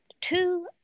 two